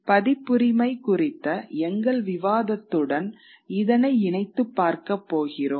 பதிப்புரிமை குறித்த எங்கள் விவாதத்துடன் இதனை இணைத்துப் பார்க்கப் போகிறோம்